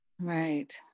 right